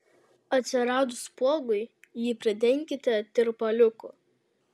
atsiradus spuogui jį prideginkite tirpaliuku